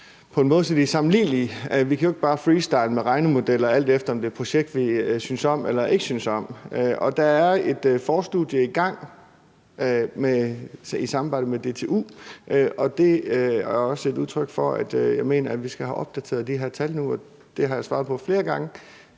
på en måde, så de er sammenlignelige; vi kan jo ikke bare freestyle med regnemodeller, alt efter om det er et projekt, vi synes om eller ikke synes om. Der er et forstudie i gang i samarbejde med DTU, og det er også et udtryk for, at jeg mener, at vi skal have opdateret det her tal nu. Det har jeg svaret på flere gange,